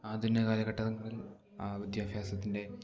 ആധുനിക കാലഘട്ടങ്ങളിൽ വിദ്യാഭ്യാസത്തിൻ്റെ